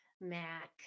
Mac